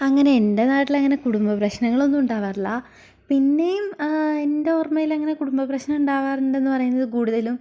അങ്ങനെ എൻ്റെ നാട്ടിലങ്ങനെ കുടുംബ പ്രശ്നങ്ങളൊന്നും ഉണ്ടാവാറില്ല പിന്നെയും എൻ്റെ ഓർമയിലങ്ങനെ കുടുംബ പ്രശ്നം ഉണ്ടാവാറുണ്ട് എന്ന് പറയുന്നത് കൂടുതലും